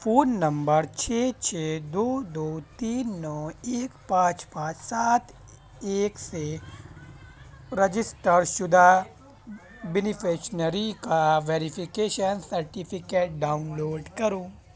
phone number چھ چھ دو دو تین نو ایک پانچ پانچ سات ایک سے رجسٹر شدہ بینیفشنری کا ویریفیكیشن سرٹیفکیٹ ڈاؤن لوڈ کرو